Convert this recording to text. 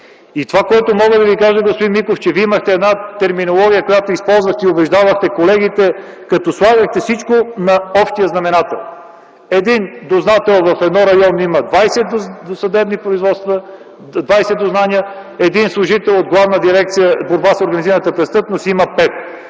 това са дознателите. Господин Миков, Вие имахте една терминология, която използвахте и убеждавахте колегите като слагахте всичко на общия знаменател. Един дознател в едно районно има 20 досъдебни производства, 20 дознания, а един служител от Главна дирекция „Борба с организираната престъпност” има 5.